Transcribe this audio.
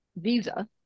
visa